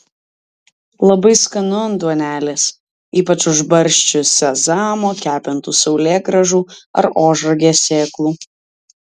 labai skanu ant duonelės ypač užbarsčius sezamo kepintų saulėgrąžų ar ožragės sėklų